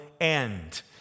end